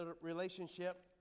relationship